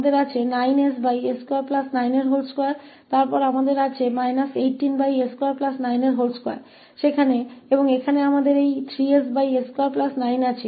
तो आइए इसे इन भिन्नों में तोड़ें इसलिए हमारे पास 9ss292 है तो हमारे पास 18s292 है और यहां हमारे पास यह 3ss29 है